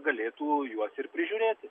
galėtų juos ir prižiūrėti